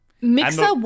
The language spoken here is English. Mixer